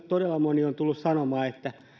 todella moni on tullut sanomaan että